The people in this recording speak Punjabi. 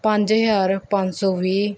ਪੰਜ ਹਜ਼ਾਰ ਪੰਜ ਸੌ ਵੀਹ